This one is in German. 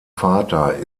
vater